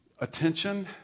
attention